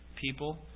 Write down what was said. people